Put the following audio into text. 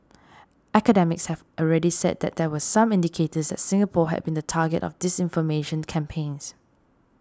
academics have already said that there were some indicators that Singapore has been the target of disinformation campaigns